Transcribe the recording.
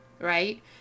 right